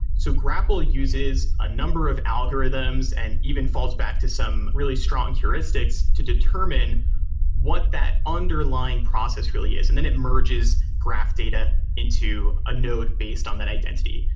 so grapl uses a number of algorithms and even falls back to some really strong heuristics to determine what that underlying process really is, and then it merges graph data into a node based on that identity.